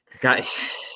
guys